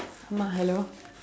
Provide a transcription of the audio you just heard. hello